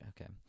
okay